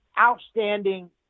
outstanding